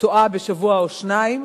טועה בשבוע או שניים,